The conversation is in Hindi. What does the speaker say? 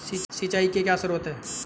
सिंचाई के क्या स्रोत हैं?